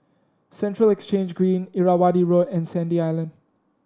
Central Exchange Green Irrawaddy Road and Sandy Island